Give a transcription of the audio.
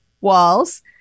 walls